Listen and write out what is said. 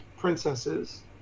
princesses